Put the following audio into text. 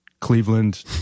cleveland